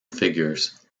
figures